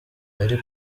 yari